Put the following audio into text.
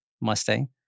Mustang